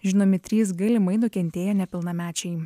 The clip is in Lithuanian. žinomi trys galimai nukentėję nepilnamečiai